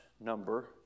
number